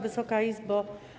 Wysoka Izbo!